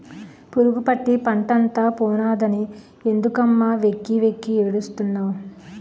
పురుగుపట్టి పంటంతా పోనాదని ఎందుకమ్మ వెక్కి వెక్కి ఏడుస్తున్నావ్